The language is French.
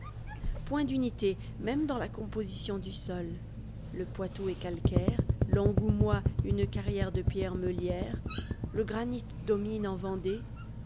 point d'unité même dans la composition du sol le poitou est calcaire l'angoumois une carrière de pierres meulières le granit domine en vendée